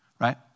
right